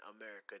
America